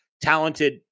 talented